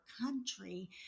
country